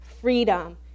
freedom